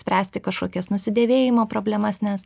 spręsti kažkokias nusidėvėjimo problemas nes